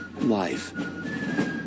Life